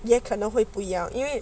也可能会不一样因为